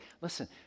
Listen